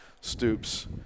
Stoops